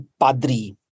padri